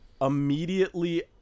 immediately